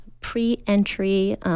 pre-entry